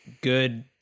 good